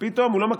איזה מרדכי?